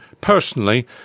personally